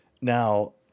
Now